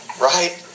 right